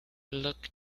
looked